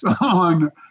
on